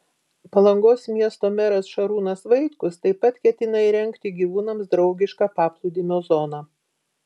palangos miesto meras šarūnas vaitkus taip pat ketina įrengti gyvūnams draugišką paplūdimio zoną